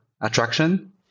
attraction